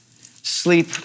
sleep